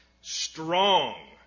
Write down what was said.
Strong